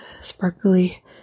Sparkly